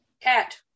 Cat